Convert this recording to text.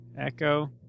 Echo